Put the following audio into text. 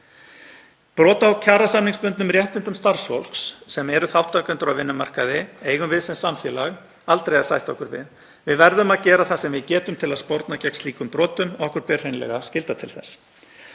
Brot á kjarasamningsbundnum réttindum starfsfólks sem eru þátttakendur á vinnumarkaði eigum við sem samfélag aldrei að sætta okkur við. Við verðum að gera það sem við getum til að sporna gegn slíkum brotum og okkur ber hreinlega skylda til þess.